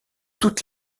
toutes